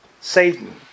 Satan